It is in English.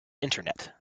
internet